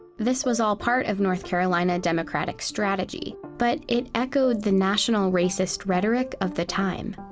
this was all part of north carolina democratic strategy, but it echoed the national racist rhetoric of the time.